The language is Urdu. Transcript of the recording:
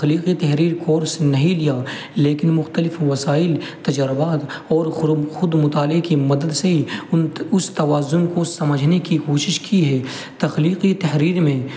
تخلیقی تحریر کورس نہیں لیا لیکن مختلف وسائل تجربات اور خود مطالعے کی مدد سے ہی ان اس توازن کو سمجھنے کی کوشش کی ہے تخلیقی تحریر میں